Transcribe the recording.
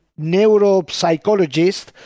neuropsychologist